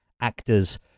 actors